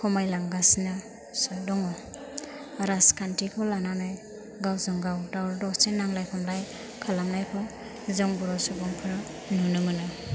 खमाय लांगासिनोसो दङ राजखान्थिखौ लानानै गावजों गाव दावराव दावसि नांलाय खमलाय खालामनायखौ जों बर' सुबुंफोरा नुनो मोनो